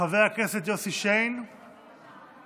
חבר הכנסת יוסי שיין נמצא?